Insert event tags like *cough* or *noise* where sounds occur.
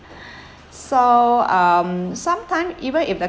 *breath* so um sometimes even if the